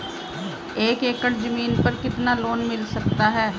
एक एकड़ जमीन पर कितना लोन मिल सकता है?